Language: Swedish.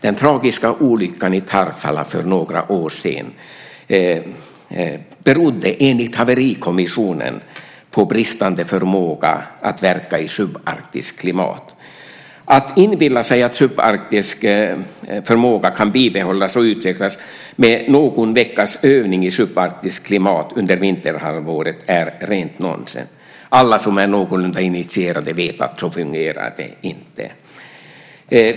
Den tragiska olyckan i Tarfala för några år sedan berodde enligt Haverikommissionen på bristande förmåga att verka i subarktiskt klimat. Att inbilla sig att subarktisk förmåga kan bibehållas och utvecklas med någon veckas övning i subarktiskt klimat under vinterhalvåret är rent nonsens. Alla som är någorlunda initierade vet att det inte fungerar så.